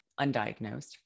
undiagnosed